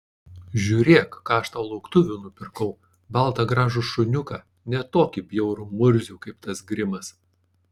žiūrėk ką aš tau lauktuvių nupirkau baltą gražų šuniuką ne tokį bjaurų murzių kaip tas grimas